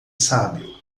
sábio